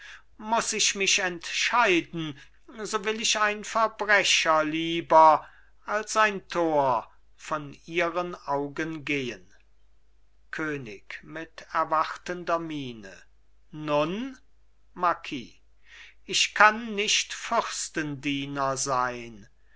muß ich mich entscheiden so will ich ein verbrecher lieber als ein tor von ihren augen gehen könig mit erwartender miene nun marquis ich kann nicht fürstendiener sein